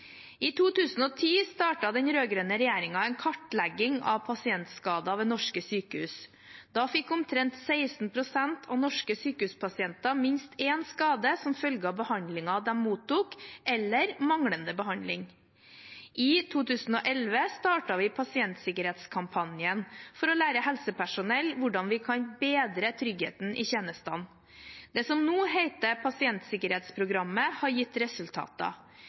I 2010 startet den rød-grønne regjeringen en kartlegging av pasientskader ved norske sykehus. Da fikk omtrent 16 pst. av norske sykehuspasienter minst én skade som følge av behandlingen de mottok, eller av manglende behandling. I 2011 startet vi pasientsikkerhetskampanjen for å lære helsepersonell hvordan vi kan bedre tryggheten i tjenestene. Det som nå heter pasientsikkerhetsprogrammet, har gitt resultater.